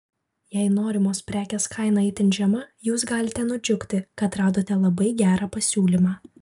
jei norimos prekės kaina itin žema jūs galite nudžiugti kad radote labai gerą pasiūlymą